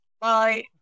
Bye